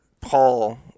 Paul